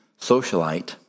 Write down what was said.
socialite